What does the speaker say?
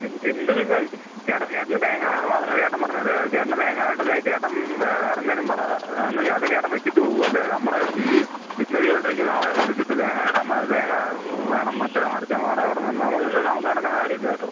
N എന്ത് വിചാരിച്ച് ചേട്ടാ ചേട്ടന് തേങ്ങ വേണമെന്ന് മാത്രമല്ലേ ചേട്ടൻ പറഞ്ഞത് ചേട്ടൻ്റെ തേങ്ങ വേണ്ട ചേട്ടൻ വെ വേറെന്തെങ്കിലും പറ ആ എന്നാൽ ചേ അല്ലെങ്കിൽ ചേട്ടൻ വെച്ചിട്ട് പോ അല്ലെങ്കിൽ നമ്മളെ ഈ ബിസിനസ്സ് ചെയ്തുകൊണ്ട് ഇരിക്കുന്ന ആളെ വിളിച്ചിട്ട് തേങ്ങ തരാൻ പറ തേങ്ങ വേണം മറ്റേത് മറിച്ചെതാണ് മാടയാണ് കോടയാണെന്ന് പറഞ്ഞാൽ നമുക്ക് ഇതൊന്നും നമുക്ക് നടക്കുന്ന കാര്യമല്ല കേട്ടോ